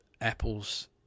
Apple's